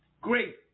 Great